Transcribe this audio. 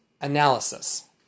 analysis